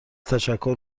تشکر